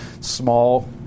small